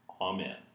Amen